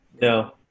No